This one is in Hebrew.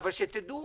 אבל שתדעו